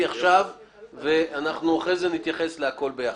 עכשיו ואחרי זה נתייחס לכול הדברים ביחד.